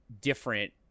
different